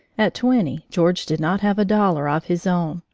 at twenty george did not have a dollar of his own,